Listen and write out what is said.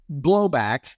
blowback